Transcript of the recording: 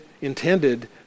intended